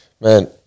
Man